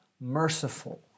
merciful